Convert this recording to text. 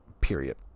Period